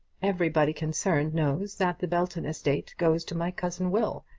everybody concerned knows that the belton estate goes to my cousin will.